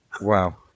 Wow